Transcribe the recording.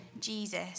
Jesus